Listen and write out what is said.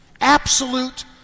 Absolute